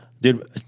Dude